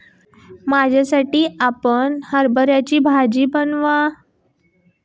माझ्यासाठी आपण हरभऱ्याची भाजी बनवा